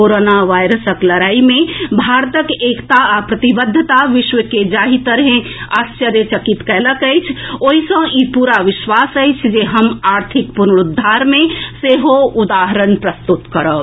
corona वायरसक लड़ाई मे भारतक एकता आ प्रतिबद्धता विश्व के जाहि तरहें आश्चर्यचकित कएलक अछि ओहि सँ ई पूरा विश्वास अछि जे हम आर्थिक पुनरूद्वार मे सेहो उदाहरण प्रस्तुत करब